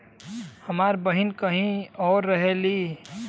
हमार बहिन कहीं और रहेली